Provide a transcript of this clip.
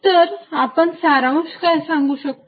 तर आपण सारांश काय सांगू शकतो